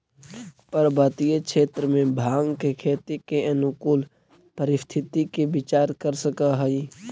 पर्वतीय क्षेत्र में भाँग के खेती के अनुकूल परिस्थिति के विचार कर सकऽ हई